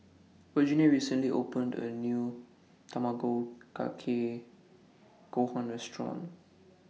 Virginia recently opened A New Tamago Kake Gohan Restaurant